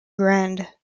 grand